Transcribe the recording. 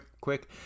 quick